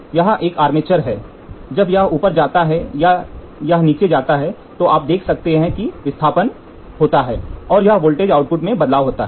तो यह एक आर्मेचर है जब यह ऊपर जाता है या जब यह नीचे जाता है तो आप देख सकते हैं कि विस्थापन परिवर्तन होता है और यह वोल्टेज आउटपुट बदलाव होता है